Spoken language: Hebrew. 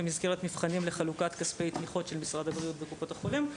במסגרת מבחנים לחלוקת כספי תמיכות של משרד הבריאות בקופות החולים,